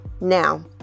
now